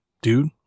dude